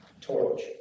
torch